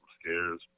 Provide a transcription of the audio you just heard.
scares